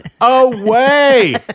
away